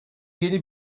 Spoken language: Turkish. yeni